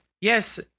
Yes